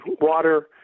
water